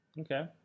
Okay